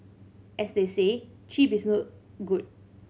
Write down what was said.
as they say cheap is no good